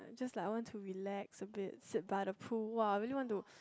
just like want to relax a bit sit by the pool !wah! really want to